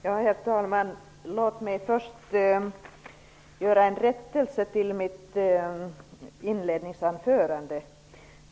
Herr talman! Låt mig först göra en rättelse av mitt inledningsanförande.